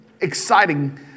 exciting